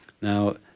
Now